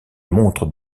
montre